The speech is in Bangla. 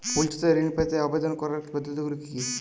ফুল চাষে ঋণ পেতে আবেদন করার পদ্ধতিগুলি কী?